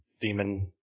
Demon